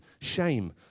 shame